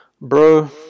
Bro